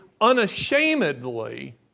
unashamedly